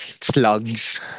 slugs